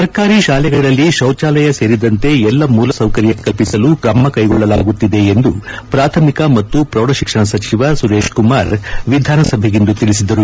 ಸರ್ಕಾರಿ ಶಾಳೆಗಳಲ್ಲಿ ಶೌಚಾಲಯ ಸೇರಿದಂತೆ ಎಲ್ಲ ಮೂಲಸೌಕರ್ಯ ಕಲ್ಪಿಸಲು ಕ್ರಮಕೈಗೊಳ್ಳಲಾಗುತ್ತಿದೆ ಎಂದು ಪ್ರಾಥಮಿಕ ಹಾಗೂ ಪ್ರೌಢಶಿಕ್ಷಣ ಸಚಿವ ಸುರೇಶ್ಕುಮಾರ್ ವಿಧಾನಸಭೆಗಿಂದು ತಿಳಿಸಿದ್ದಾರೆ